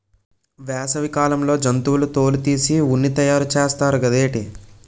వేసవి కాలంలో జంతువుల తోలు తీసి ఉన్ని తయారు చేస్తారు గదేటి